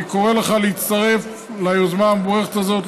אני קורא לך להצטרף ליוזמה המבורכת הזאת,